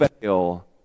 fail